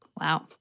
Wow